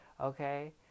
Okay